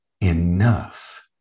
enough